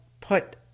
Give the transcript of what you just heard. put